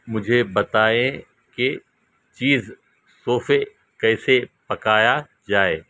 مجھے بتائیں کہ چیز سوفے کیسے پکایا جائے